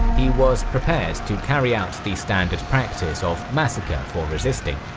he was prepared to carry out the standard practice of massacre for resisting.